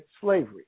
slavery